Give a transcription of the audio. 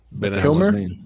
Kilmer